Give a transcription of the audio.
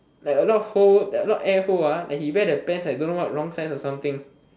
like a lot of hole a lot air hole like he wear the pants don't know what wrong size or something